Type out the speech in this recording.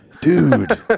dude